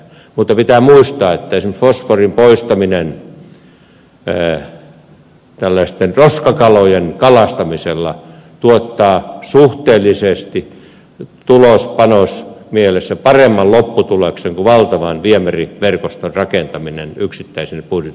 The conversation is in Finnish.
mutta pitää muistaa että esimerkiksi fosforin poistaminen roskakalojen kalastamisella tuottaa suhteellisesti tulospanos mielessä paremman lopputuloksen kuin valtavan viemäriverkoston rakentaminen yksittäisine puhdistuslaitoksineen